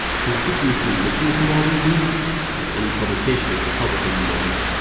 conspicuously missing from all of these leaks was any publication of republican emails.